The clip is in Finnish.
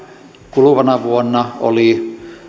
kuluvana vuonna olivat